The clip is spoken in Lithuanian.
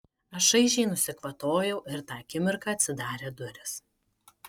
aš šaižiai nusikvatojau ir tą akimirką atsidarė durys